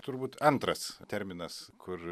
turbūt antras terminas kur